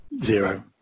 zero